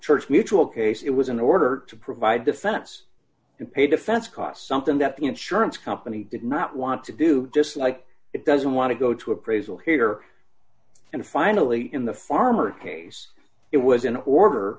church mutual case it was in order to provide defendants to pay defense costs something that the insurance company did not want to do just like it doesn't want to go to appraisal here and finally in the farmer case it was in order